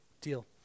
deal